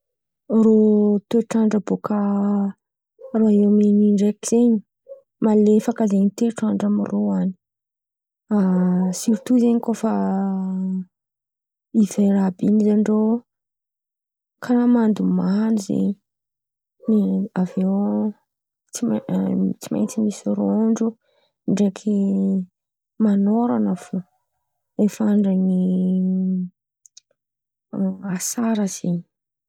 Irô toetr'andra bôkà roaiômini ndraiky zen̈y malefaka zen̈y toetr'andra amirô an̈y. Sirto zen̈y kôa efa hivery àby in̈y zen̈y irô kàraha mandomando zen̈y. Avy iô tsy maintsy tsy maintsy misy rôndro ndraiky man̈ôran̈a fo efa andran'ny asara zen̈y.